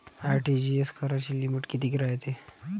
RTGS कराची limit कितीक रायते?